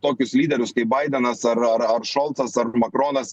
tokius lyderius kaip baidenas ar ar ar šolcas ar makronas